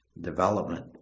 development